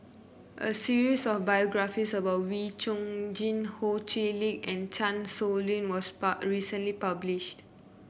a series of biographies about Wee Chong Jin Ho Chee Lick and Chan Sow Lin was pub recently published